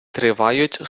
тривають